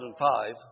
2005